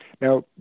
Now